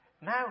Now